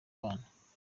abana